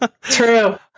true